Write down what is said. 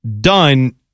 done